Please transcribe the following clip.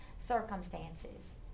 circumstances